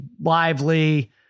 Lively